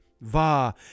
Va